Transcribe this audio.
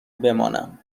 بمانم